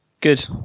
Good